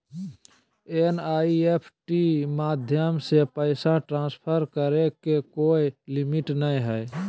NEFT माध्यम से पैसा ट्रांसफर करे के कोय लिमिट नय हय